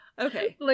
Okay